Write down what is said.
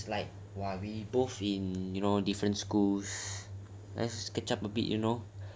since like !wah! we both in you know different schools let's catch up a bit you know